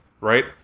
right